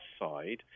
side